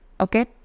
Okay